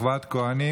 אחוות כוהנים.